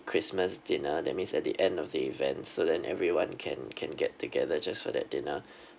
christmas dinner that means at the end of the events so then everyone can can get together just for their dinner